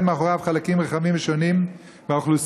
מאחוריו חלקים רחבים ושונים מהאוכלוסייה.